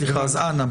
אז אנא,